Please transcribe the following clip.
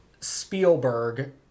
Spielberg